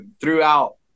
throughout